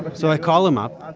so i call him up,